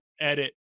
edit